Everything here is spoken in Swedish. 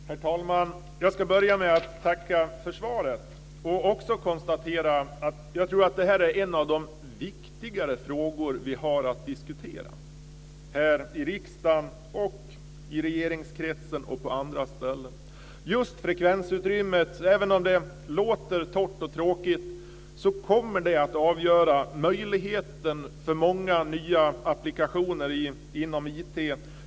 Herr talman! Jag ska börja med att tacka för svaret och även konstatera att jag tror att det här är en av de viktigare frågor vi har att diskutera här i riksdagen, i regeringskretsen och på andra ställen. Just frekvensutrymmet, även om det låter torrt och tråkigt, kommer att avgöra möjligheten för många nya applikationer inom IT.